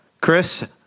Chris